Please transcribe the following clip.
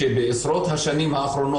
זה לא מה שאנחנו צריכים.